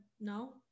No